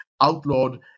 outlawed